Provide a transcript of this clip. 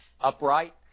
upright